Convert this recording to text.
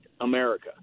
America